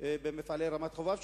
במפעלי רמת-חובב,